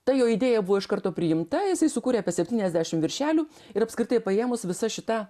ta jo idėja buvo iš karto priimta jisai sukūrė apie septyniasdešimt viršelių ir apskritai paėmus visa šita